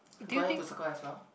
do I have to circle as well